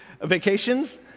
vacations